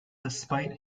despite